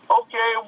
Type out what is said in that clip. okay